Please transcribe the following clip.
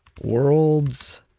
world's